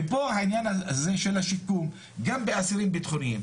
ופה העניין הזה של השיקום, גם באסירים ביטחוניים.